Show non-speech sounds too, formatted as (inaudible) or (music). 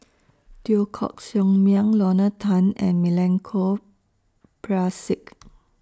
Teo Koh Sock Miang Lorna Tan and Milenko Prvacki (noise)